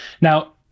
Now